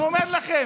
אני אומר לכם,